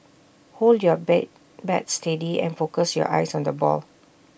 hold your bay bat steady and focus your eyes on the ball